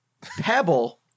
Pebble